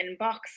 inbox